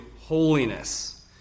holiness